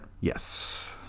Yes